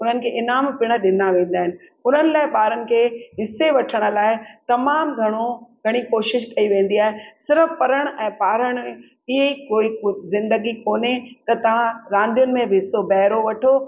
उनखे ईनाम पिण ॾिना वेंदा आहिनि उन्हनि लाइ ॿारनि खे हिस्से वठनि लाइ तमामु घणो घणी कोशिशि कई वेंदी आहे सिर्फ पढ़ण ऐं पाढ़ण हीअं ई कोई ज़िंदगी कोन्हे त तव्हां रांदियुनि में हिसो भहिरो वठो